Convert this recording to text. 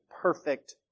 perfect